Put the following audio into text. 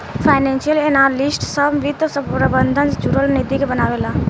financial analyst सभ वित्त प्रबंधन से जुरल नीति के बनावे ला